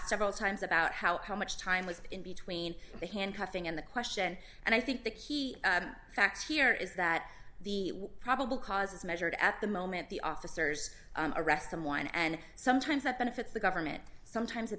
several times about how come which time was in between the handcuffing and the question and i think the key facts here is that the probable cause is measured at the moment the officers arrest them one and sometimes that benefits the government sometimes it